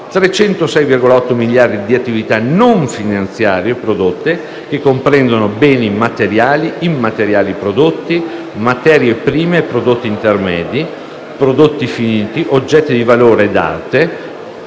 306,8 miliardi di attività non finanziarie prodotte, che comprendono beni materiali e immateriali prodotti, materie prime e prodotti intermedi, prodotti finiti, oggetti di valore e